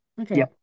Okay